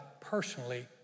personally